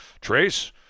Trace